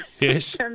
Yes